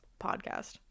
podcast